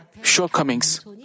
shortcomings